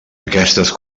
aquestes